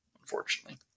unfortunately